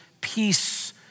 Peace